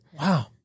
Wow